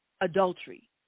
adultery